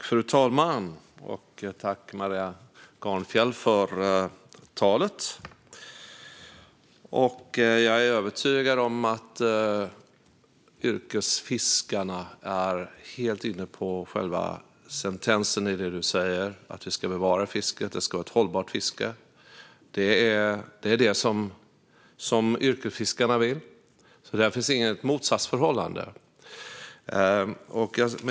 Fru talman! Tack, Maria Gardfjell, för talet! Jag är övertygad om att yrkesfiskarna är helt inne på själva sentensen i det ledamoten säger - att vi ska bevara fisket och att det ska vara hållbart. Det är detta som yrkesfiskarna vill, så där finns inget motsatsförhållande.